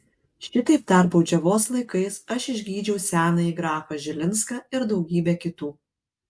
šitaip dar baudžiavos laikais aš išgydžiau senąjį grafą žilinską ir daugybę kitų